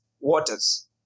waters